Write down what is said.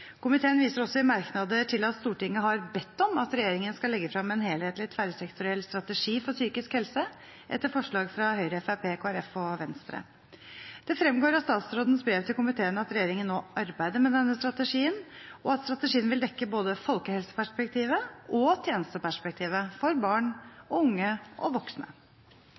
Komiteen viser også i merknader til at Stortinget har bedt om at regjeringen skal legge frem en helhetlig tverrsektoriell strategi for psykisk helse, etter forslag fra Høyre, Fremskrittspartiet, Kristelig Folkeparti og Venstre. Det fremgår av statsrådens brev til komiteen at regjeringen nå arbeider med denne strategien, og at strategien vil dekke både folkehelseperspektivet og tjenesteperspektivet for barn, unge og voksne.